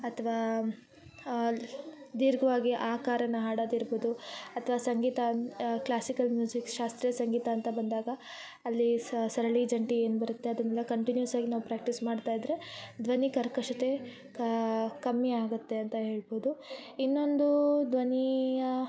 ಅಥ್ವಾ ದೀರ್ಘ್ವಾಗಿ ಆಕಾರನ್ನ ಹಾಡದು ಇರ್ಬೋದು ಅಥ್ವಾ ಸಂಗೀತ ಕ್ಲಾಸಿಕಲ್ ಮ್ಯೂಸಿಕ್ ಶಾಸ್ತ್ರೀಯ ಸಂಗೀತ ಅಂತ ಬಂದಾಗ ಅಲ್ಲಿ ಸರಳಿ ಜಂಟೆ ಏನು ಬರುತ್ತೆ ಅದನ್ನೆಲ್ಲ ಕಂಟಿನ್ಯೂಅಸ್ ಆಗಿ ನಾವು ಪ್ರಾಕ್ಟೀಸ್ ಮಾಡ್ತಾ ಇದ್ದರೆ ಧ್ವನಿ ಕರ್ಕಶತೆ ಕಮ್ಮಿಯಾಗುತ್ತೆ ಅಂತ ಹೇಳ್ಬೋದು ಇನ್ನೊಂದು ಧ್ವನಿಯ